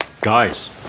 Guys